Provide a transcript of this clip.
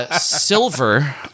Silver